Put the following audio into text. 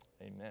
Amen